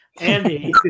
Andy